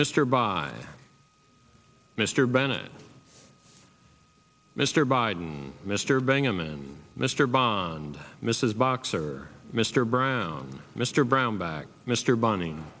mr by mr bennett mr biden mr bingham and mr bond mrs boxer mr brown mr brownback mr bunning